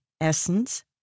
essence